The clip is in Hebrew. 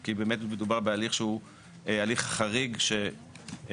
כי באמת מדובר בהליך שהוא הליך חריג שבו